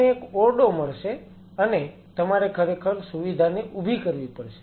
તમને એક ઓરડો મળશે અને તમારે ખરેખર સુવિધાને ઊભી કરવી પડશે